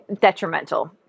detrimental